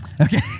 okay